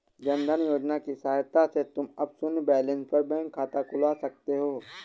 जन धन योजना की सहायता से तुम अब शून्य बैलेंस पर बैंक में खाता खुलवा सकते हो